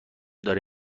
داره